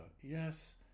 yes